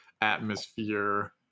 atmosphere